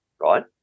right